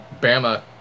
Bama